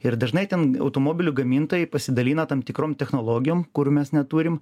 ir dažnai ten automobilių gamintojai pasidalina tam tikrom technologijom kur mes neturim